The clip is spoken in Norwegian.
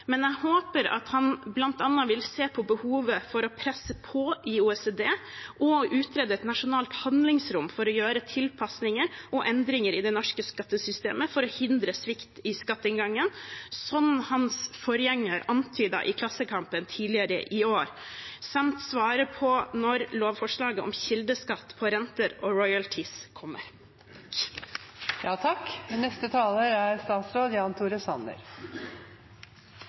Men jeg håper at han bl.a. vil se på behovet for å presse på i OECD, utrede et nasjonalt handlingsrom for å gjøre tilpasninger og endringer i det norske skattesystemet for å hindre svikt i skatteinngangen, som hans forgjenger antydet i Klassekampen tidligere i år, samt svare på når lovforslaget om kildeskatt på renter og royalties kommer.